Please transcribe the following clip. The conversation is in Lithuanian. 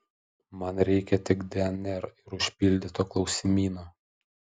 man reikia tik dnr ir užpildyto klausimyno